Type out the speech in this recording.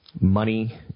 Money